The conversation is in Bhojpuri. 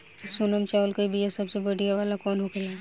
सोनम चावल के बीया सबसे बढ़िया वाला कौन होखेला?